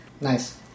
Nice